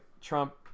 Trump